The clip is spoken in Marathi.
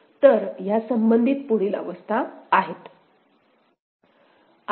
तर ह्या संबंधीत पुढील अवस्था आहेत